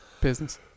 business